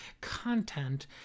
content